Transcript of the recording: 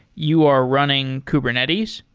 you are running kubernetes.